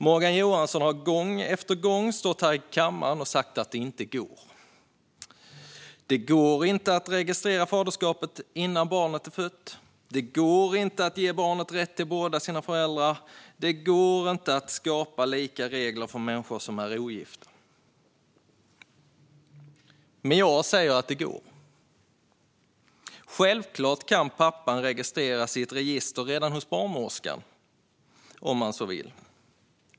Morgan Johansson har gång efter gång stått här i kammaren och sagt att det inte går att registrera faderskapet innan barnet är fött, att det inte går att ge barnet rätt till båda sina föräldrar och att det inte går att skapa likvärdiga regler för människor som är ogifta. Men jag säger att det går. Självklart kan pappan registreras i ett register redan hos barnmorskan - om man så vill.